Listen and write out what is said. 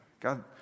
God